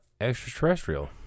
extraterrestrial